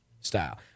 style